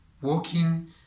Walking